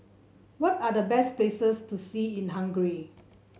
what are the best places to see in Hungary